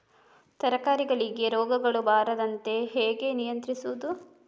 ತರಕಾರಿಗಳಿಗೆ ರೋಗಗಳು ಬರದಂತೆ ಹೇಗೆ ನಿಯಂತ್ರಿಸುವುದು?